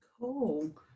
Cool